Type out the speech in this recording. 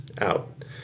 out